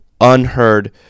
unheard